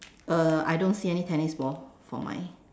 uh I don't see any tennis ball for mine